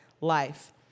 life